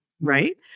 right